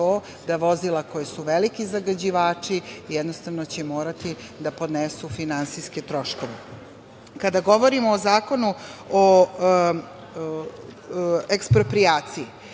da vozila koja su veliki zagađivači jednostavno će morati da podnesu finansijske troškove. Kada govorimo o Zakonu o eksproprijaciji,